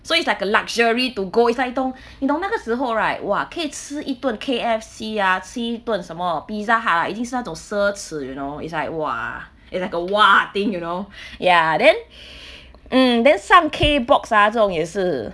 so it's like a luxury to go is like 你懂你懂那个时候 right !wah! 可以吃一顿 K_F_C ah 吃一顿什么 Pizza Hut ah 已经是那种奢侈 you know is like !wah! is like a !wah! thing you know ya then mm then 上 K box ah 这种也是